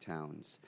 towns